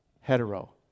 Hetero